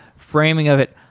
framing of it,